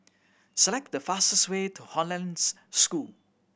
select the fastest way to Hollandse School